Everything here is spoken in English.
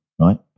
Right